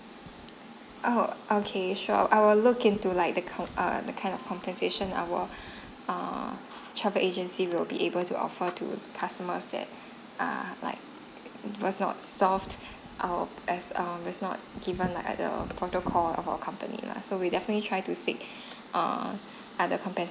!ow! okay sure I will look into like the com~ err the kind of compensation our err travel agency would be able to offer to customers that err like it was not solve our as err was not given like the protocol of our company lah so we definitely try to seek err other compensation